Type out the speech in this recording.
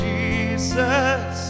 Jesus